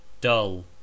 Dull